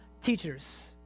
teachers